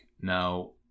Now